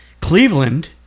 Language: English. Cleveland